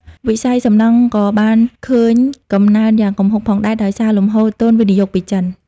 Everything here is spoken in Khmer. វិស័យសំណង់ក៏បានឃើញកំណើនយ៉ាងគំហុកផងដែរ ដោយសារលំហូរទុនវិនិយោគពីចិន។